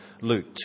Luke